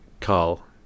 Carl